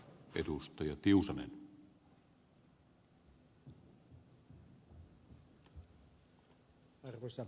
arvoisa herra puhemies